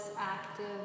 active